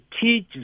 teach